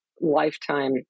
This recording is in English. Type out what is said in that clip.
lifetime